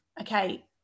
okay